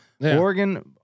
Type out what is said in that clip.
Oregon